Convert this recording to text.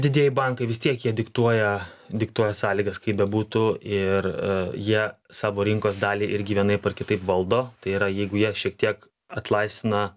didieji bankai vis tiek jie diktuoja diktuoja sąlygas kaip bebūtų ir jie savo rinkos dalį irgi vienaip ar kitaip valdo tai yra jeigu jie šiek tiek atlaisvina